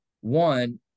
One